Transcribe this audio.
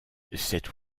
cet